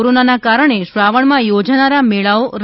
કોરોનાના કારણે શ્રાવણમાં યોજાનારા મેળાઓ રદ કરાયાં